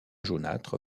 jaunâtre